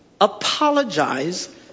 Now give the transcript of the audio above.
Apologize